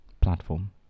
platform